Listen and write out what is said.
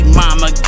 mama